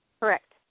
Correct